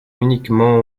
uniquement